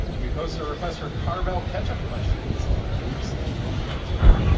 we posted a request for carvell catch up questions to our sleep parenting facebook group.